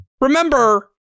remember